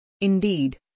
Indeed